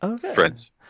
friends